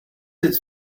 its